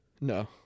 No